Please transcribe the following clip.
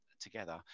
together